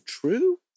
true